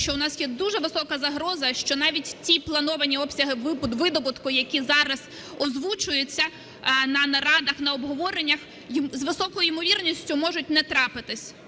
що у нас є дуже висока загроза, що навіть ті плановані обсяги видобутку, які зараз озвучуються на нарадах, на обговореннях, з високою ймовірністю можуть не трапитись.